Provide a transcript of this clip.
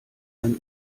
ein